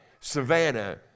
savannah